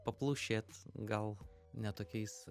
paplušėt gal ne tokiais